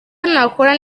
nakora